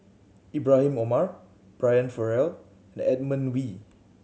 Ibrahim Omar Brian Farrell and Edmund Wee